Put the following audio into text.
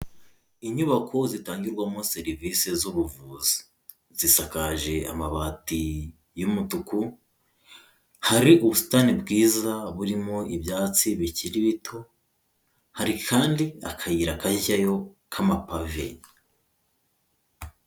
Inyubako zitangirwamo serivisi z'ubuvuzi zisakaje amabati y'umutuku, hari ubusitani bwiza burimo ibyatsi bikiri bito, hari kandi akayira kajyayo k'amapave.